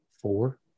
four